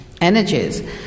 energies